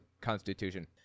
Constitution